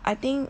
I think